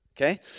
Okay